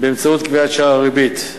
באמצעות קביעת שער הריבית.